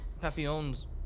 Papillon's